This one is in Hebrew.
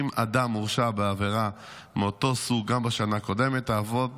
אם אדם הורשע בעבירה מאותו סוג גם בשנה הקודמת תעמוד